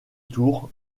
tour